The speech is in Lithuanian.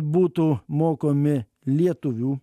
būtų mokomi lietuvių